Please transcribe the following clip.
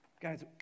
Guys